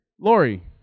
Lori